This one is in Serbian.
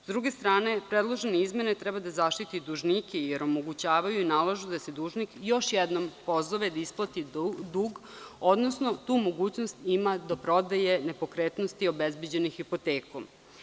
Sa druge strane, predložene izmene treba da zaštite dužnike jer omogućavaju i nalažu da se dužnik još jednom pozove da isplati dug, odnosno tu mogućnost ima do prodaje nepokretnosti obezbeđene hipotekom.